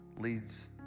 leads